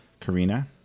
Karina